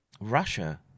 Russia